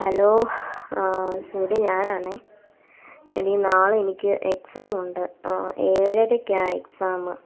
hello സൂര്യയെ ഞാനാണെ എടി നാളെ എനിക്ക് എക്സാമുണ്ട് ഏഴരകയ്ക്കാണ് എക്സാമ്